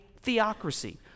theocracy